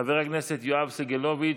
חבר הכנסת יואב סגלוביץ'